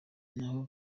naho